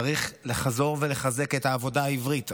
צריך לחזור ולחזק את העבודה העברית.